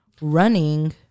Running